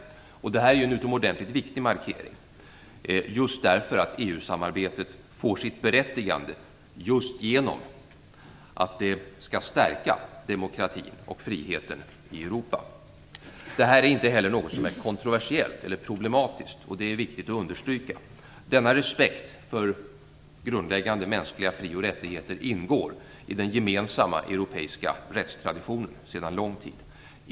Detta är en utomordentligt viktig markering just därför att EU samarbetet får sitt berättigande genom att det skall stärka demokratin och friheten i Europa. Det här är inte heller något som är kontroversiellt eller problematiskt. Det är viktigt att understryka detta. Denna respekt för grundläggande mänskliga fri och rättigheter ingår i den gemensamma europeiska rättstraditionen sedan lång tid.